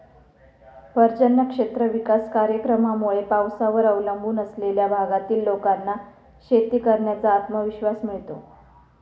पर्जन्य क्षेत्र विकास कार्यक्रमामुळे पावसावर अवलंबून असलेल्या भागातील लोकांना शेती करण्याचा आत्मविश्वास मिळतो